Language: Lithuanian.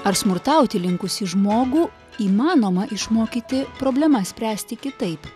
ar smurtauti linkusį žmogų įmanoma išmokyti problemas spręsti kitaip